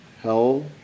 hell